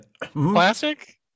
classic